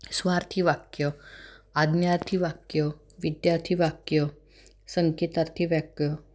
स्वार्थी वाक्य आज्ञार्थी वाक्य विद्यार्थी वाक्य संकेतार्थी वाक्य